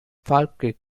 falkirk